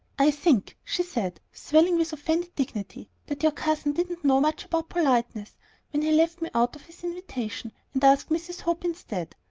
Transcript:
i think, she said, swelling with offended dignity, that your cousin didn't know much about politeness when he left me out of his invitation and asked mrs. hope instead.